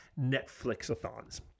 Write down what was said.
Netflix-a-thons